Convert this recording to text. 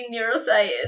neuroscience